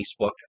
Facebook